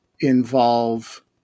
involve